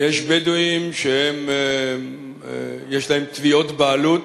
יש בדואים שיש להם תביעות בעלות